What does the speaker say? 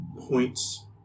points